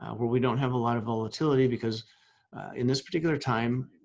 and where we don't have a lot of volatility because in this particular time,